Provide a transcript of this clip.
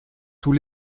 tous